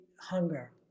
hunger